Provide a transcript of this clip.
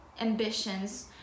ambitions